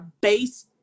base